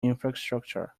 infrastructure